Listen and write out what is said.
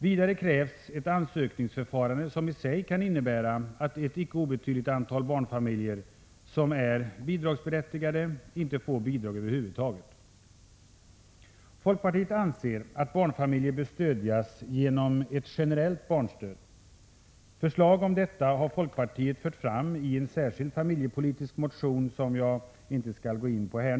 Vidare krävs ett ansökningsförfarande, som i sig kan innebära att ett icke obetydligt antal barnfamiljer som är bidragsberättigade inte får bidrag över huvud taget. Folkpartiet anser att barnfamiljer bör stödjas genom ett generellt barnstöd. Förslag om detta har folkpartiet fört fram i en särskild familjepolitisk motion, som jag inte skall gå in på här.